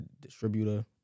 distributor